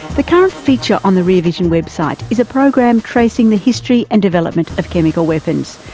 the current feature on the rear vision website is a program tracing the history and development of chemical weapons,